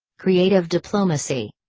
creative diplomacy.